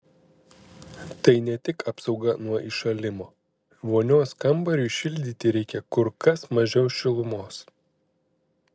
tai ne tik apsauga nuo įšalimo vonios kambariui šildyti reikia kur kas mažiau šilumos